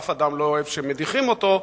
אף אחד לא אוהב שמדיחים אותו,